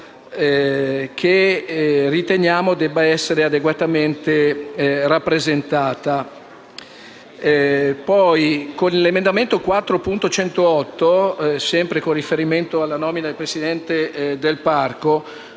che riteniamo debba essere adeguatamente rappresentata.